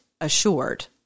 assured